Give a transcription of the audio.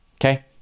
okay